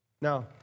Now